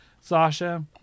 sasha